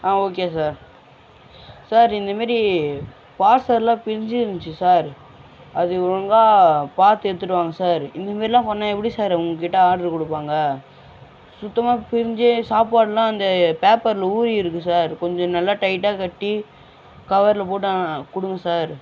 ஆ okay sir sir இந்த மேரி பார்சல்லாம் பிஞ்சி இருந்துச்சு சார் அது ஒழுங்காக பார்த்து எடுத்துகிட்டு வாங்க சார் இந்த மேரிலாம் பண்ணால் எப்படி சார் உங்கள்கிட்ட ஆர்ட்ரு கொடுப்பாங்க சுத்தமாக பிஞ்சு சாப்பாடுலாம் இந்த பேப்பரில் ஊறி இருக்கு சார் கொஞ்சம் நல்லா டைட்டாக கட்டி கவரில் போட்டு கொடுங்க சார்